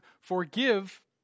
forgive